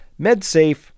MedSafe